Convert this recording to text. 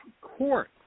court